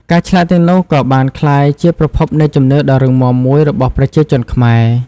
ការឆ្លាក់ទាំងនោះក៏បានក្លាយជាប្រភពនៃជំនឿដ៏រឹងមាំមួយរបស់ប្រជាជនខ្មែរ។